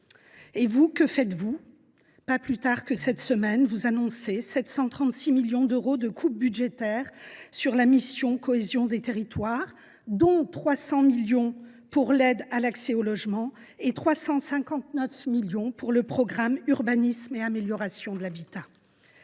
vous, que faites vous ? Pas plus tard que cette semaine, vous annoncez 736,8 millions d’euros de coupes budgétaires sur la mission « Cohésion des territoires », dont 300 millions d’euros pris sur l’aide à l’accès au logement et 359 millions au programme « Urbanisme, territoires et amélioration de l’habitat